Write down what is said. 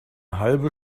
halbe